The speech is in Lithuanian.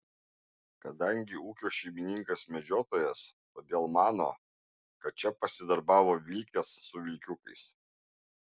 kadangi ūkio šeimininkas medžiotojas todėl mano kad čia pasidarbavo vilkės su vilkiukais